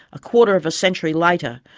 a quarter of a century later,